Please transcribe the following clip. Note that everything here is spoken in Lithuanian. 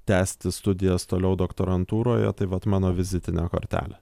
tęsti studijas toliau doktorantūroje tai vat mano vizitinė kortelė